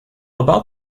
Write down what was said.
about